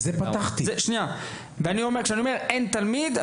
אני מתכוון לכל תלמידי ישראל,